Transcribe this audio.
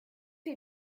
est